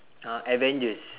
uh avengers